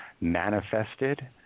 manifested